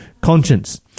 conscience